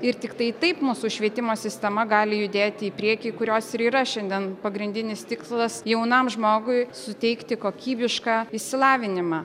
ir tiktai taip mūsų švietimo sistema gali judėti į priekį kurios ir yra šiandien pagrindinis tikslas jaunam žmogui suteikti kokybišką išsilavinimą